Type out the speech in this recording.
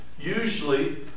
usually